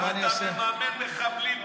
אתה מממן מחבלים,